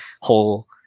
whole